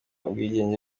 ubwigenge